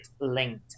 linked